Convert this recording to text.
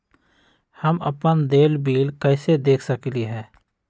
हम अपन देल बिल कैसे देख सकली ह?